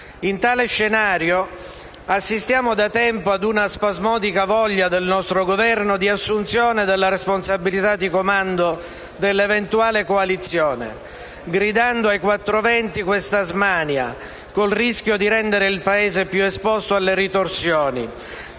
In tale scenario, assistiamo da tempo ad una spasmodica voglia del nostro Governo di assunzione della responsabilità di comando dell'eventuale coalizione, gridando ai quattro venti questa smania, col rischio di rendere il Paese più esposto alle ritorsioni.